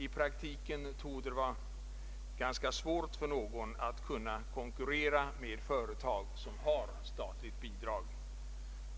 I praktiken torde det nämligen visa sig svårt att konkurrera med företag som har statligt stöd.